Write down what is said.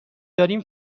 دارین